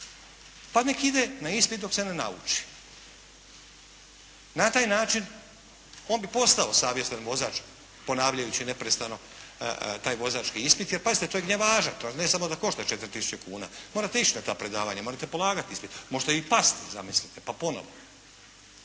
Pa neka ide na ispit dok se ne nauči. Na taj način on bi postao savjestan vozač ponavljajući neprestano taj vozački ispit. Jer pazite, to je gnjavaža, to ne samo da košta 4 tisuće kuna, morate ići na ta predavanja, morate polagati ispit, možete i pasti zamislite, pa ponovo.